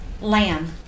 lamb